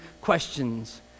questions